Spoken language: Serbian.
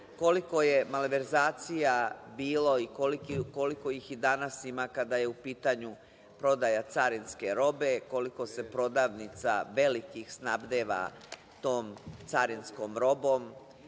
koliko je malverzacija bilo i koliko ih i danas ima kada je u pitanju prodaje carinske robe, koliko se prodavnica velikih snabdeva tom carinskom robom